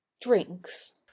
drinks